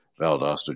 Valdosta